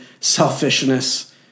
selfishness